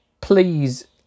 please